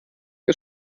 ist